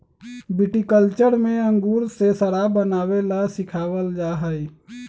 viticulture में अंगूर से शराब बनावे ला सिखावल जाहई